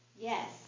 Yes